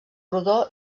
rodó